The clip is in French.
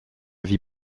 vie